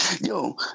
yo